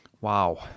Wow